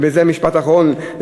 וזה משפט אחרון,